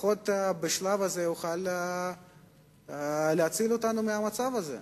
לפחות בשלב הזה, יוכל להציל אותנו מהמצב הזה,